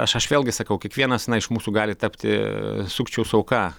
aš aš vėlgi sakau kiekvienas iš mūsų gali tapti sukčiaus auka